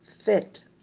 fit